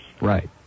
Right